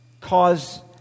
cause